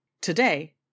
Today